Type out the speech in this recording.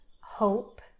hope